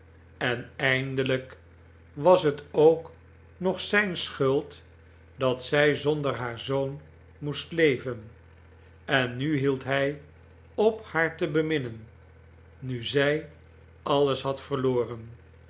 en eindelijk was het ook nog zijn schuld dat zij zonder haar zoon moest leven en nu hield hij op haar te beminnen nu zij alles had verloren